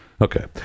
Okay